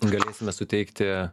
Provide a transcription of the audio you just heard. galėsime suteikti